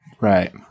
Right